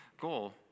goal